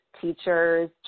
teachers